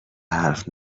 حرف